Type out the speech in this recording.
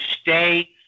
stay